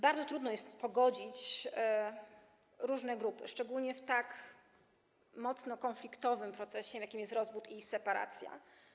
Bardzo trudno jest pogodzić różne grupy, szczególnie w tak mocno konfliktowym procesie, jakim jest rozwód i separacja.